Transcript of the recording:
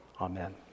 Amen